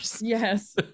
yes